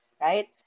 right